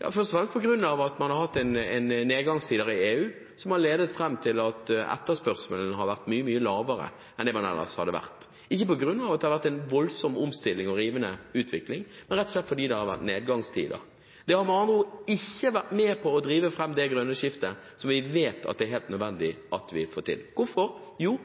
har fungert, har CO2-markedet kollapset. Først var det på grunn av at man har hatt nedgangstider i EU, som har ledet fram til at etterspørselen har vært mye, mye lavere enn det den ellers hadde vært – ikke på grunn av at det har vært en voldsom omstilling og rivende utvikling, men rett og slett på grunn av at det har vært nedgangstider. Det har med andre ord ikke vært med på å drive fram det grønne skiftet som vi vet det er helt nødvendig at vi får til. Hvorfor? Jo,